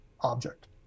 object